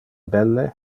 belle